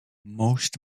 most